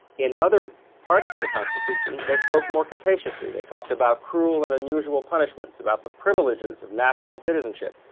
in other parts of the constitution, they spoke more capaciously. they talked about cruel and unusual punishments, about the privileges of national citizenship,